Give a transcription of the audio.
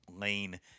lane